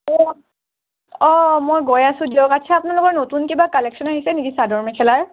অ' অ' মই গৈ আছোঁ দিয়ক আচ্ছা আপোনালোকৰ নতুন কিবা কালেকশ্যন আহিছে নেকি চাদৰ মেখেলাৰ